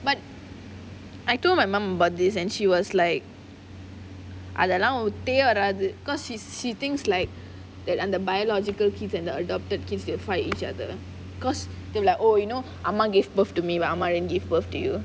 but I told my mum about this and she was like அதுலாம் ஓத்தே வராது:athulaam othae varaathu because she she's thinks like that the biological kids and the adopted kids will fight each other because they like oh you know அம்மா:amma gave birth to me but அம்மா:amma didn't give birth to you